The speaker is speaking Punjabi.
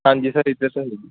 ਹਾਂਜੀ ਸਰ ਇਧਰ ਤਾਂ